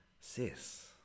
Sis